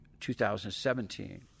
2017